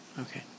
Okay